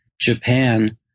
Japan